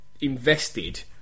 invested